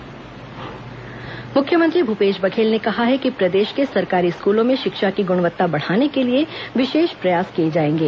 मुख्यमंत्री विवेकानंद जयंती मुख्यमंत्री भूपेश बघेल ने कहा है कि प्रदेश के सरकारी स्कूलों में शिक्षा की गुणवत्ता बढ़ाने के लिए विशेष प्रयास किए जाएंगे